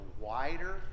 wider